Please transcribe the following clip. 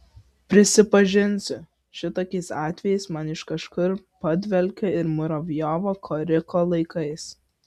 prisipažinsiu šitokiais atvejais man iš kažkur padvelkia ir muravjovo koriko laikais